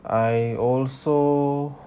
I also